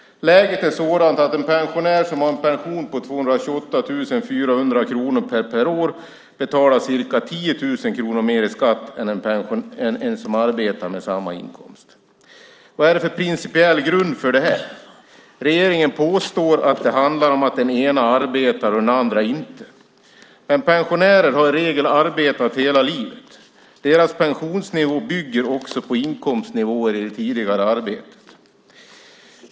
Läget är sådant att en pensionär som har en pension på 228 400 kronor per år betalar ca 10 000 kronor mer i skatt än en person som arbetar med samma inkomst. Vad finns det för principiell grund för det här? Regeringen påstår att det handlar om att den ena arbetar och den andra inte. Pensionärer har i regel arbetat hela livet. Deras pensionsnivå bygger också på inkomstnivåer i det tidigare arbetet.